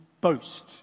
boast